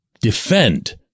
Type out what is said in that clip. defend